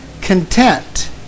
content